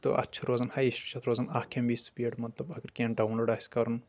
تہٕ اتھ چھِ روزان ہاے چھِ اتھ روزا ن اکھ اٮ۪م بی سپیٖڈ مطلب اگر کینٛہہ ڈاوُن لوڈ آسہِ کرُن